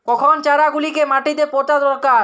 কখন চারা গুলিকে মাটিতে পোঁতা দরকার?